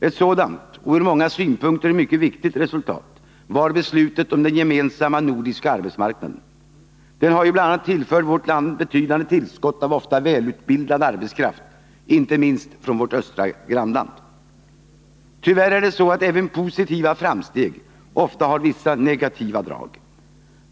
Ett sådant — och ett ur många synpunkter mycket viktigt resultat — var beslutet om den gemensamma nordiska arbetsmarknaden. Den har ju bl.a. gett vårt land betydande tillskott av oftast välutbildad arbetskraft, inte minst från vårt östra grannland. Tyvärr är det så att även positiva framsteg ofta har vissa negativa drag.